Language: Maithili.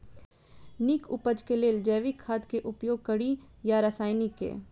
नीक उपज केँ लेल जैविक खाद केँ उपयोग कड़ी या रासायनिक केँ?